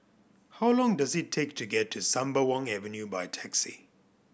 how long does it take to get to Sembawang Avenue by taxi